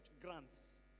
grants